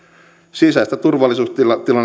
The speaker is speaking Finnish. sisäistä turvallisuustilannetta